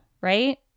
right